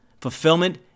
fulfillment